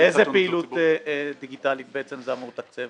איזו פעילות דיגיטלית בעצם זה אמור לתקצב?